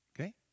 okay